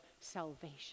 salvation